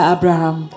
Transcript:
Abraham